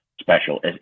special